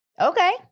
Okay